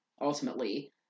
Ultimately